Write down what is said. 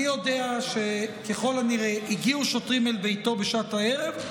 אני יודע שככל הנראה הגיעו שוטרים אל ביתו בשעת הערב,